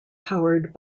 powered